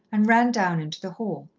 and ran down into the hall.